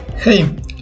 Hey